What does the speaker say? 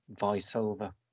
voiceover